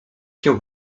się